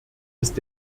ist